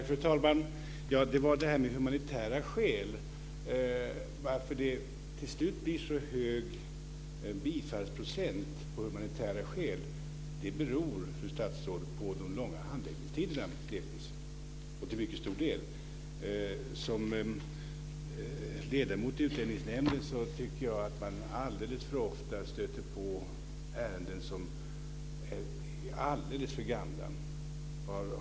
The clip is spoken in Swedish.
Fru talman! Jag vill ta upp detta med humanitära skäl. Att det till slut blir så hög bifallsprocent på humanitära skäl beror, fru statsråd, till mycket stor del på de långa handläggningstiderna. Som ledamot i Utlänningsnämnden tycker jag att man alldeles för ofta stöter på ärenden som är alltför gamla.